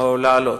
לעלות.